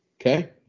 Okay